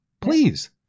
please